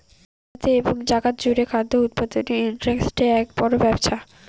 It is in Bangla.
ভারতে এবং জাগাত জুড়ে খাদ্য উৎপাদনের ইন্ডাস্ট্রি আক বড় ব্যপছা